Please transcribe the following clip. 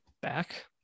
Back